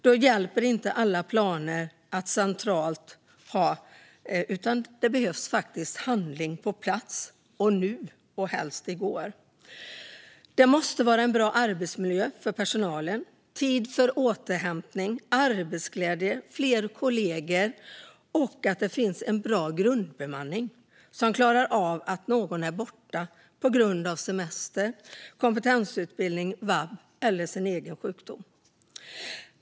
Då hjälper inte alla planer centralt, utan det behövs faktiskt handling på plats nu eller helst i går. Arbetsmiljön för personalen måste vara bra med tid för återhämtning, arbetsglädje och fler kollegor. Det behöver också finnas en bra grundbemanning som klarar av att någon är borta på grund av semester, kompetensutbildning, vab eller sjukdom.